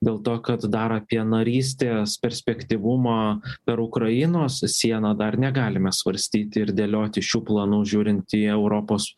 dėl to kad dar apie narystės perspektyvumą per ukrainos sieną dar negalime svarstyti ir dėlioti šių planų žiūrint į europos